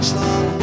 long